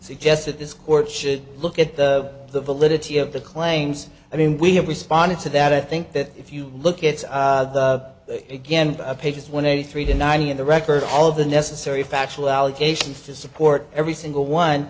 suggested this court should look at the the validity of the claims i mean we have responded to that i think that if you look at again a page just one eighty three to ninety in the record all of the necessary factual allegations to support every single one